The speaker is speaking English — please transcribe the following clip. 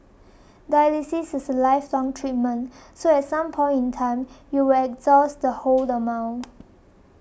dialysis is a lifelong treatment so at some point in time you will exhaust the whole amount